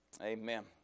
amen